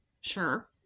Sure